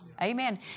Amen